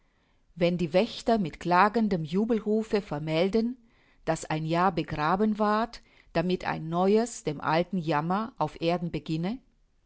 wenn die wächter mit klagendem jubelrufe vermelden daß ein jahr begraben ward damit ein neues den alten jammer auf erden beginne